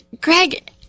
Greg